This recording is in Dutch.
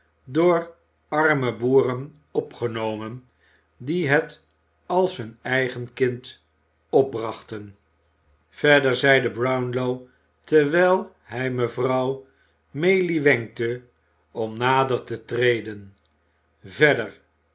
door arme boeren opgenomen die het als hun eigen kind opbrachten verder zeide brownlow terwijl hij mevrouw maylie wenkte om nader te treden verder